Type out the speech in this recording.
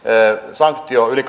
sanktio yli